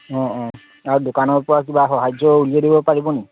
অঁ অঁ আৰু দোকানৰপৰা কিবা সাহাৰ্য উলিয়াই দিব পাৰিব নেকি